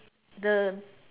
the